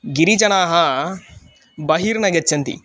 गिरिजनाः बहिर्न गच्छन्ति